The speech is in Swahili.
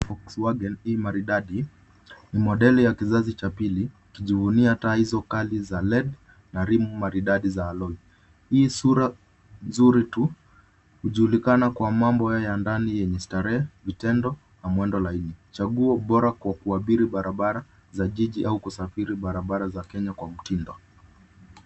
Volkswagen i maridadi. Ni modeli ya kizazi cha pili ukijivunia taa hizo kali za LED na rimu maridadi za aloi. Hii sura mzuri tu hujulikana kwa mambo ya ndani yenye staree, vitendo na mwendo laini. Chaguo bora kwa kuabiri barabara za jiji au kusafiri barabra za Kenya kwa mtindo.